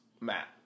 Matt